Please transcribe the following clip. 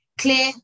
Clear